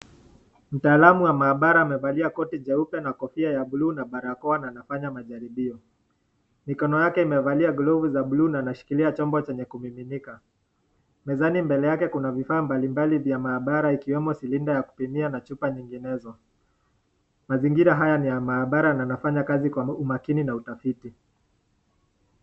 Mtaalamu wa maabara amevalia koti jeupe na kofia ya bluu na barakoa na anafanya majaribio. Mikono yake imevalia glovu za bluu na anashikilia chombo chenye kumininika. Mezani mbele kuna vifaa mbalimbali vya maabara ikiwemo silinda ya kupimia na chupa nyenginezo. Mazingira haya ni maabara na anafanya kazi kwa umakini na utafiti.